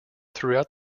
throughout